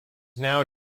now